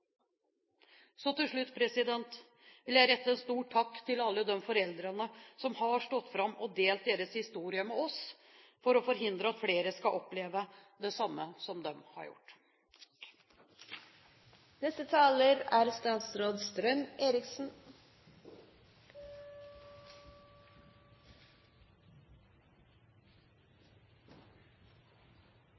Så til slutt vil jeg rette en stor takk til alle de foreldrene som har stått fram og delt sine historier med oss for å forhindre at flere skal oppleve det samme som de har gjort. Det er